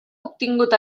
obtingut